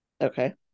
Okay